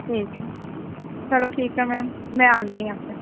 ਠੀਕ ਐ ਚਲੋ ਠੀਕ ਐ ਮੈਮ ਮੈਂ ਆਉਨੀ ਆਂ ਫਿਰ